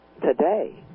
today